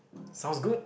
sounds good